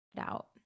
out